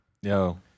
Yo